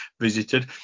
visited